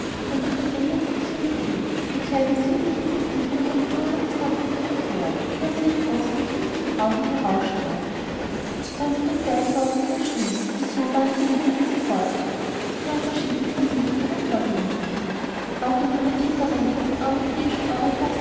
von der vollendetsten symmetrie ihr kleines liebliches gesicht durch eine rührende sanftmut verklärt die aus ihren großen kindlichen augen herausstrahlte sanft und weich war auch ihre stimme und so waren die lieder die sie vortrug sehr verschieden von denen ihrer vorgängerinnen auch in ihrer edleren und dem europäischen